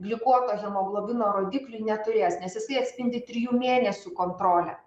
glikuoto hemoglobino rodikliui neturės nes jisai atspindi trijų mėnesių kontrolę